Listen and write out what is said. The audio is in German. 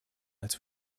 als